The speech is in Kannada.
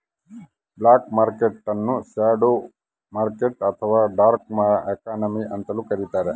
ಬ್ಲಾಕ್ ಮರ್ಕೆಟ್ ನ್ನು ಶ್ಯಾಡೋ ಮಾರ್ಕೆಟ್ ಅಥವಾ ಡಾರ್ಕ್ ಎಕಾನಮಿ ಅಂತಲೂ ಕರಿತಾರೆ